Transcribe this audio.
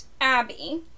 Abby